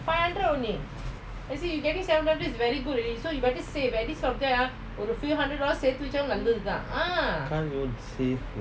can't even save